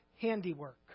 handiwork